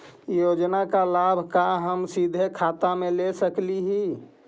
योजना का लाभ का हम सीधे खाता में ले सकली ही?